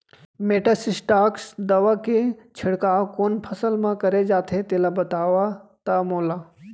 Metasystox दवा के छिड़काव कोन फसल म करे जाथे तेला बताओ त मोला?